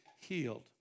healed